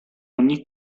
ogni